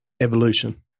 Evolution